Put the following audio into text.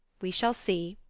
we shall see,